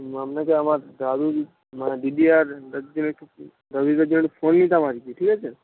আপনাকে আমার দাদু মানে দিদিয়ার জন্য একটু দাদু দিদার জন্য একটু ফোন নিতাম আর কি ঠিক আছে